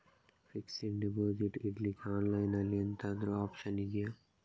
Fixed deposit ಇಡ್ಲಿಕ್ಕೆ online ಅಲ್ಲಿ ಎಂತಾದ್ರೂ ಒಪ್ಶನ್ ಇದ್ಯಾ?